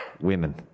Women